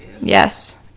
yes